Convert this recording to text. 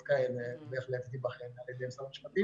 האלה בהחלט תיבחן על ידי משרד המשפטים.